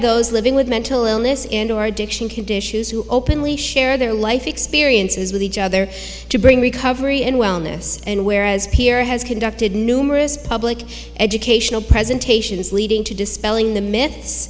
those living with mental illness and or addiction conditions who openly share their life experiences with each other to bring recovery and wellness and whereas p r has conducted numerous public educational presentations leading to dispelling the m